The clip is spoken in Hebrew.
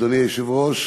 אדוני היושב-ראש,